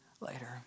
later